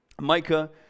Micah